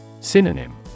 Synonym